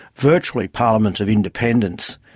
virtually parliaments of independents.